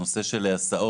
לנושא של הסעות.